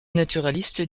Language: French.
naturalistes